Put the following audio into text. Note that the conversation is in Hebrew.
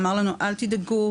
אמר לנו אל תדאגו,